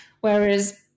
Whereas